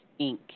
Inc